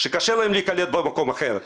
שקשה להם להיקלט במקום אחר.